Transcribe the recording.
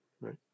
right